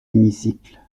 hémicycle